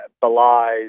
belies